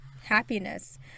happiness